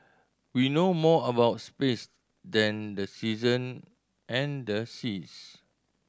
we know more about space than the season and the seas